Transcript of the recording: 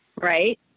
Right